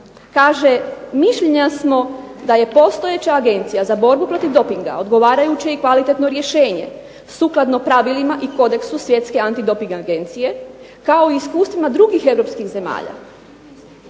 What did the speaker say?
Kaže, mišljenja smo da je postojeća Agencija za borbu protiv dopinga odgovarajuće i kvalitetno rješenje, sukladno pravilima i kodeksu Svjetske antidoping agencije kao i iskustvima drugih Europskih zemalja.